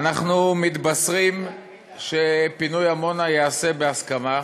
אנחנו מתבשרים שפינוי עמונה ייעשה בהסכמה.